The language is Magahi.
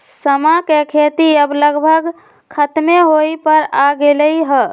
समा के खेती अब लगभग खतमे होय पर आ गेलइ ह